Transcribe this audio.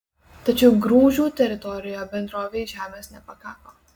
tačiau grūžių teritorijoje bendrovei žemės nepakako